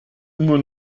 nur